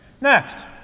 Next